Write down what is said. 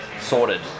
sorted